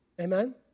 amen